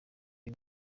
iri